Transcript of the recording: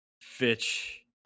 Fitch